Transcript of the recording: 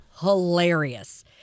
hilarious